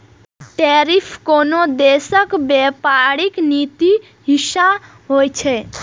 tariff कोनो देशक व्यापारिक नीतिक हिस्सा होइ छै